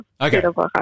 Okay